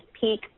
peak